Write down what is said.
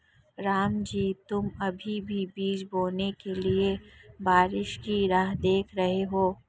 रामजी तुम अभी भी बीज बोने के लिए बारिश की राह देख रहे हो?